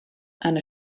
and